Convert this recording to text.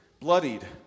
bloodied